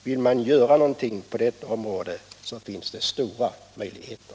Vill man göra någonting på detta område så finns det stora möjligheter.